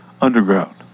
underground